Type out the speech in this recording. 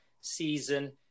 season –